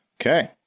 Okay